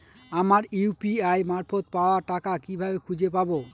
আমার ইউ.পি.আই মারফত পাওয়া টাকা কিভাবে খুঁজে পাব?